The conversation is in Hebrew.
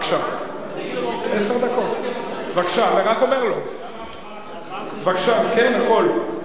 למה הפרעה שלך, כן, הכול.